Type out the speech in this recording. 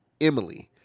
Emily